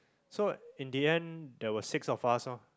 so in the end there were six of us lor